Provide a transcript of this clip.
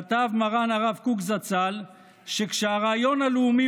כתב מרן הרב קוק זצ"ל שכשהרעיון הלאומי